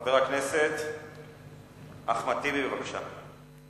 חבר הכנסת אחמד טיבי, בבקשה.